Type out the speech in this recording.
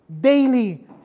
daily